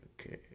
okay